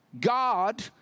God